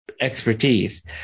expertise